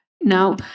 Now